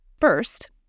First